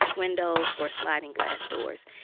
windows or sliding glass doors.